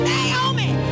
Naomi